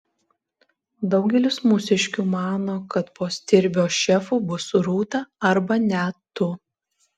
daugelis mūsiškių mano kad po stirbio šefu bus rūta arba net tu